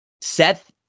Seth